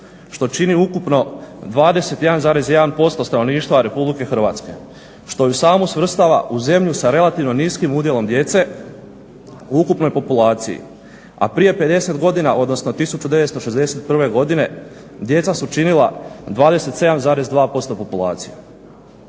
što čini ukupno 21,1% stanovništva Republike Hrvatske što ju samu svrstava u zemlju sa relativno niskim udjelom djece u ukupnoj populaciji. A prije 50 godina, odnosno 1961. godine djeca su činila 27,2% populacije.